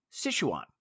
Sichuan